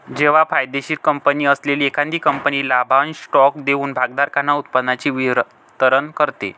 जेव्हा फायदेशीर कंपनी असलेली एखादी कंपनी लाभांश स्टॉक देऊन भागधारकांना उत्पन्नाचे वितरण करते